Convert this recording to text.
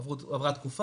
עברה התקופה.